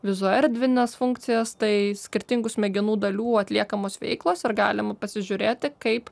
vizuoerdvines funkcijas tai skirtingų smegenų dalių atliekamos veiklos ir galima pasižiūrėti kaip